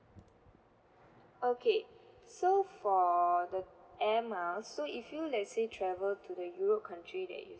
okay so for the air miles so if you let's say travel to the europe country that you